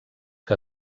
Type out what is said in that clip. que